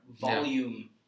volume